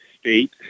state